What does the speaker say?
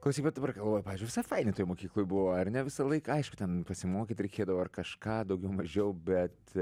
klausyk bet dabar kalba pavyzdžiui visai fainai toj mokykloj buvo ar ne visą laiką aišku ten pasimokyt reikėdavo ar kažką daugiau mažiau bet